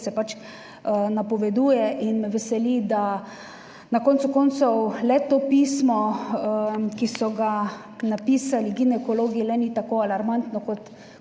se pač napoveduje, in me veseli, da na koncu koncev to pismo, ki so ga napisali ginekologi, le ni tako alarmantno, kot